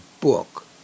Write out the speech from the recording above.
book